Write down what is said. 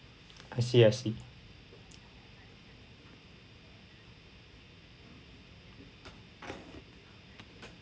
I see I see